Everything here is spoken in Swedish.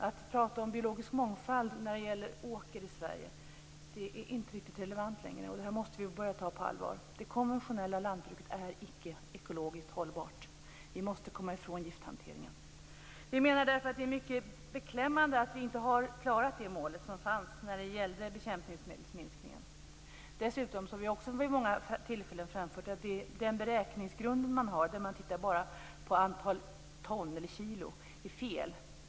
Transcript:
Att tala om biologisk mångfald när det gäller åker i Sverige är inte riktigt relevant längre. Detta måste vi börja ta på allvar. Det konventionella lantbruket är icke ekologiskt hållbart. Vi måste komma ifrån gifthanteringen. Vi menar därför att det är mycket beklämmande att vi inte har klarat det mål som fanns när det gäller minskningen av bekämpningsmedel. Dessutom är beräkningsgrunden, som vi också har framfört vid många tillfällen, där man bara ser på antal kilon felaktig.